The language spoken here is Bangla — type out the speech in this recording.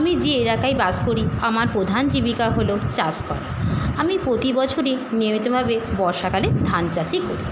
আমি যে এলাকায় বাস করি আমার প্রধান জীবিকা হলো চাষ করা আমি প্রতি বছরই নিয়মিতভাবে বর্ষাকালে ধান চাষই করি